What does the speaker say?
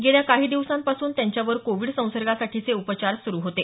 गेल्या काही दिवसांपासून त्यांच्यावर कोविड संसर्गासाठीचे उपचार सुरू होते